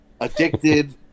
addicted